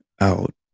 out